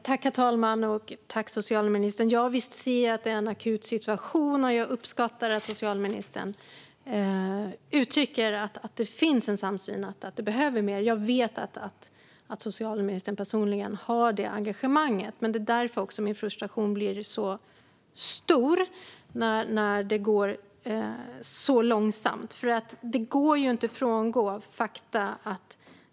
Herr talman! Tack, socialministern! Visst ser jag att det är en akut situation, och jag uppskattar att socialministern uttrycker att det finns en samsyn. Jag vet att socialministern personligen har det engagemanget. Det är också därför min frustration blir så stor när det går så långsamt. Det går ju inte att frångå fakta.